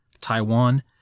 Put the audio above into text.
Taiwan